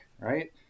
right